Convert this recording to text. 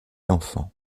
enfants